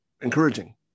encouraging